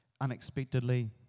unexpectedly